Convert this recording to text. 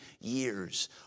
years